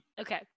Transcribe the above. okay